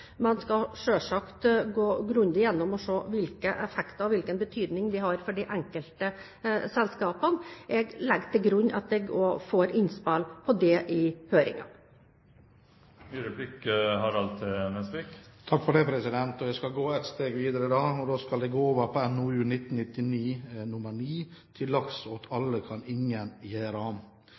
Man skal selvsagt gå grundig igjennom og se på hvilke effekter og hvilken betydning de har for de enkelte selskapene. Jeg legger til grunn at jeg også får innspill på det i høringen. Jeg skal da gå et steg videre, og jeg skal gå på NOU 1999:9 Til laks åt alle kan ingen gjera? Jeg vil sitere fra side 141, under punkt 9.5.7 Regnbueørret og steril laks: «Rømning av regnbueørret og